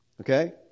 Okay